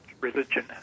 religion